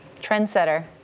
trendsetter